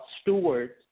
stewards